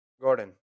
Gordon